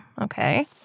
okay